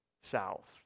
south